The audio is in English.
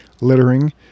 littering